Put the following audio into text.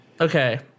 Okay